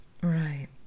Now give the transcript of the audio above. Right